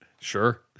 Sure